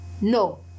No